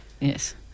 Yes